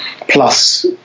plus